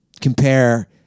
compare